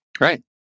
Right